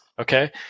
okay